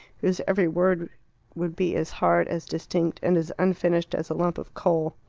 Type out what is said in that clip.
whose every word would be as hard, as distinct, and as unfinished as a lump of coal.